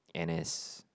N_S